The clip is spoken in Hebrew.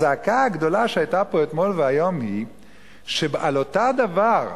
הזעקה הגדולה שהיתה פה אתמול והיום היא שעל אותו הדבר,